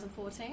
2014